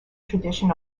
tradition